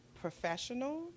professional